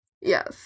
Yes